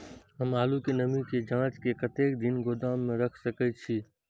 हम आलू के नमी के जाँच के कतेक दिन गोदाम में रख सके छीए?